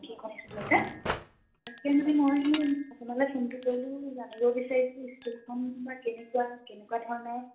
তাকে মানে মই আপোনালৈ ফোনটো কৰিলোঁ জানিব বিচাৰিছোঁ স্কুলখন বা কেনেকুৱা কেনেকুৱা ধৰণৰ